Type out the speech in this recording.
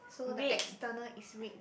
so the external is red then